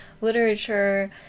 literature